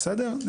ומשהו.